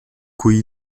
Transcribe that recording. cui